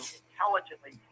intelligently